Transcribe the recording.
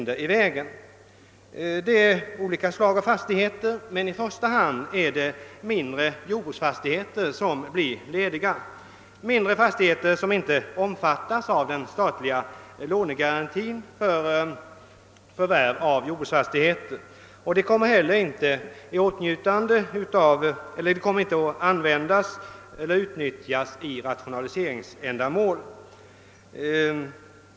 Det gäller olika slag av fastigheter men i första hand mindre jordbruksfastigheter som är till salu men som inte omfattas av den statliga lånegarantin för förvärv av jordbruksfastigheter. Inte heller kommer de att utnyttjas i rationaliseringssyfte.